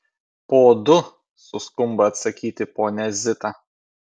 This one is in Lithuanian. po du suskumba atsakyti ponia zita